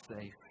safe